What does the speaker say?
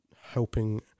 helping